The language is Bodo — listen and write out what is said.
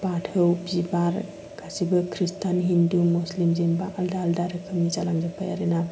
बाथौ बिबार गासिबो खृष्टियान हिन्दु मुस्लिम जेनेबा आलादा आलादा रोखोमनि जालांजोबबाय आरोना